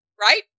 right